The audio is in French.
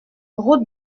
route